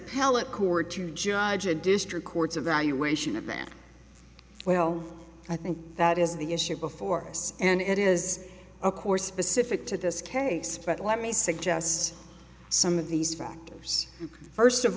appellate court to judge a district court's evaluation of that well i think that is the issue before us and it is a course specific to this case but let me suggest some of these factors first of